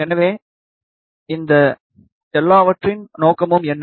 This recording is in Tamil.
எனவே இந்த எல்லாவற்றின் நோக்கமும் என்ன